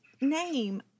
name